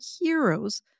heroes